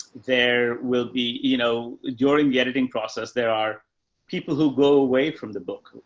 there will be, you know, during the editing process, there are people who go away from the book,